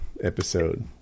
episode